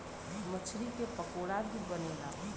मछरी के पकोड़ा भी बनेला